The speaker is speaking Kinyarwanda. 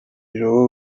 robo